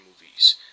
movies